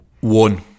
one